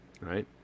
right